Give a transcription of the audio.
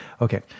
Okay